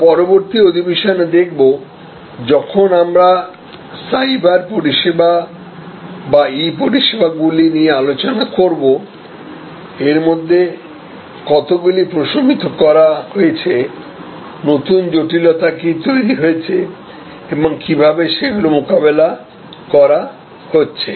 আমরা পরবর্তী অধিবেশনে দেখব যখন আমরা সাইবার পরিষেবা বা ই পরিষেবাগুলি নিয়ে আলোচনা করব এর মধ্যে কতগুলি প্রশমিত করা হয়েছে নতুন জটিলতা কি তৈরি হয়েছে এবং কীভাবে সেগুলি মোকাবেলা করা হচ্ছে